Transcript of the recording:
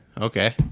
okay